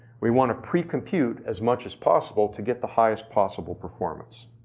we want to pre-compute as much as possible to get the highest possible performance,